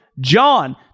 John